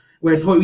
Whereas